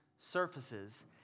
surfaces